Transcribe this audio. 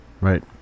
right